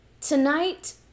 tonight